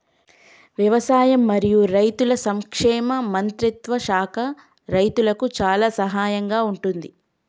వ్యవసాయం మరియు రైతుల సంక్షేమ మంత్రిత్వ శాఖ రైతులకు చాలా సహాయం గా ఉంటుంది